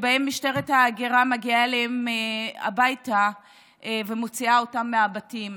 הייתה שמשטרת ההגירה מגיעה אליהם הביתה ומוציאה אותם מהבתים.